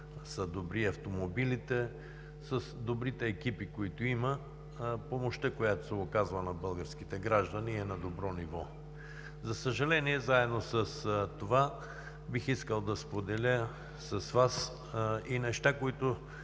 са добри автомобилите с добрите екипи, които има, помощта, която се указва на българските граждани, е на добро ниво. За съжаление, заедно с това бих искал да споделя с Вас и неща, които